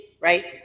right